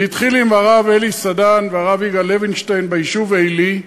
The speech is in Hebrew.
זה התחיל עם הרב אלי סדן והרב יגאל לוינשטיין ביישוב עלי,